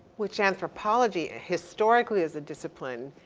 which anthropology, ah historically is a discipline.